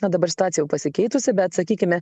na dabar situacija jau pasikeitusi bet sakykime